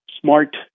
smart